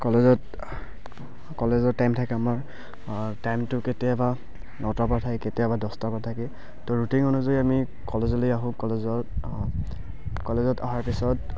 কলেজত কলেজৰ টাইম থাকে আমাৰ টাইমটো কেতিয়াবা নটাৰ পৰা থাকে কেতিয়াবা দছটাৰ পৰা থাকে ত' ৰুটিন অনুযায়ী আমি কলেজলৈ আহোঁ কলেজত কলেজত অহাৰ পিছত